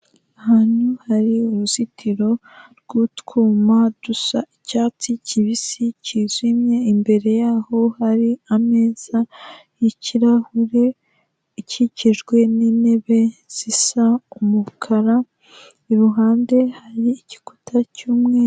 Ahantu hari uruzitiro rw'utwuma dusa icyatsi kibisi cyijimye, imbere yaho hari ameza y'ikirahure, ikikijwe n'intebe zisa umukara, iruhande hari igikuta cy'umweru.